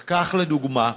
לדוגמה: